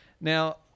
Now